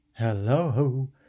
Hello